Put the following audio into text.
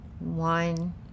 wine